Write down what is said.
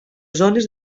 zones